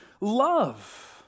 love